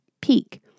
peak